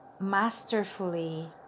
masterfully